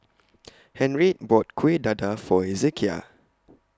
Henriette bought Kuih Dadar For Hezekiah